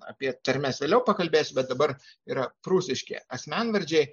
apie tarmes vėliau pakalbėsiu bet dabar yra prūsiški asmenvardžiai